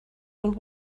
and